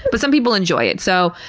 but some people enjoy it. so,